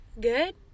Good